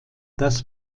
das